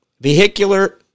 vehicular